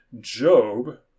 Job